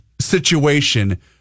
situation